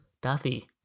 Duffy